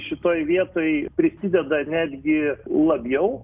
šitoj vietoj prisideda netgi labiau